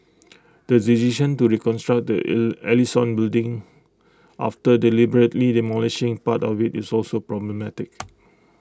the decision to reconstruct the Ell Ellison building after deliberately demolishing part of IT is also problematic